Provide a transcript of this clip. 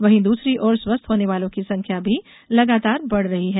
वहीं दूसरी ओर स्वस्थ होने वालों की संख्या भी लगातार बढ़ रही है